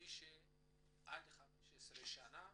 מי שעד 15 שנה